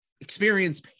experience